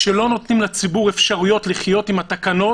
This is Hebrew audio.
כשלא נותנים לציבור אפשרות לחיות עם התקנות,